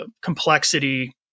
complexity